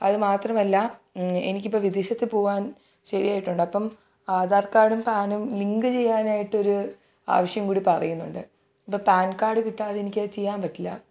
അതുമാത്രമല്ല എനിക്കിപ്പോൾ വിദേശത്ത് പോവാൻ ശരിയായിട്ടുണ്ട് അപ്പം ആധാർകാർഡും പാനും ലിങ്ക് ചെയ്യാനായിട്ട് ഒരു ആവശ്യം കൂടി പറയുന്നുണ്ട് അപ്പോൾ പാൻ കാർഡ് കിട്ടാതെ എനിക്കത് ചെയ്യാൻ പറ്റില്ല